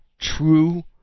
true